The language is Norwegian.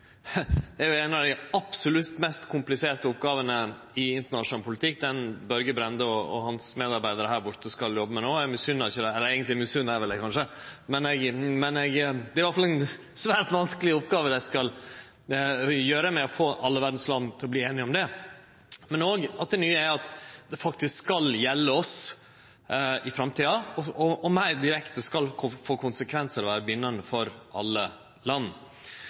hans medarbeidarar skal jobbe med no. Eg misunner dei ikkje, eller kanskje gjer eg det. Det er i alle fall ei svært vanskeleg oppgåve dei skal i gang med med å få alle verdas land til å verte einige om det. Det nye er at det faktisk skal gjelde oss i framtida og meir direkte få konsekvensar og vere bindande for alle land.